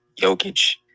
Jokic